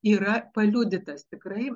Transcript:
yra paliudytas tikrai